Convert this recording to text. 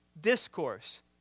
discourse